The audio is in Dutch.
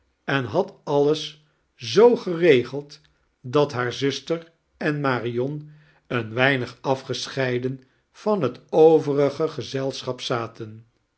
en had alles zoo geregeld dat hare zuster en marion een weinig afgescheiden van het overige geeelschap zaten